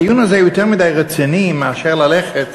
הדיון הזה רציני מכדי שננהל אותו